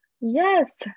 Yes